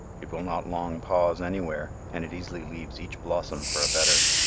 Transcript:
it will not long pause anywhere, and it easily leaves each blossom for a better.